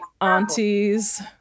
aunties